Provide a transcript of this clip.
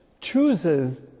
chooses